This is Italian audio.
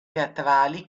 teatrali